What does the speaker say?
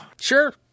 Sure